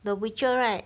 the witcher right